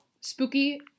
spooky